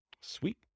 Sweet